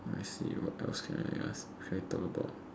let me see what else can I ask should I talk about